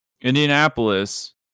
Indianapolis